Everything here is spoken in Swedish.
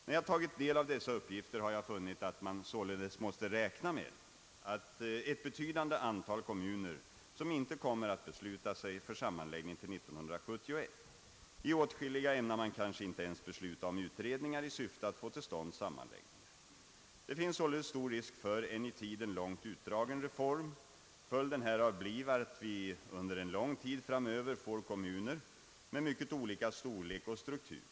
När jag tagit del av dessa uppgifter har jag funnit att man således måste räkna med ett betydande antal kommuner som inte kommer att besluta sig för sammanläggning till 1971. I åtskilliga ämnar man kanske inte ens besluta om utredningar i syfte att få till stånd sammanläggningar. Det finns således stor risk för en i tiden långt utdragen reform. Följden härav blir att vi under en lång tid framöver får kommuner med mycket olika storlek och struktur.